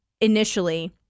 initially